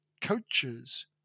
coaches